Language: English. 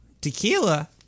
Tequila